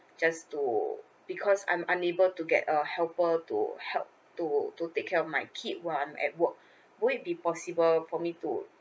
just to because I'm unable to get a helper to help to to take care of my kid while I'm at work would it be possible for me to